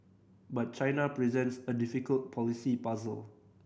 but China presents a difficult policy puzzle